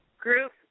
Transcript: Group